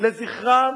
לזכרם